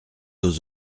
aux